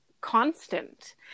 constant